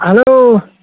hello